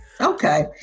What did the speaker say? Okay